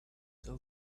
still